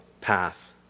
path